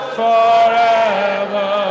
forever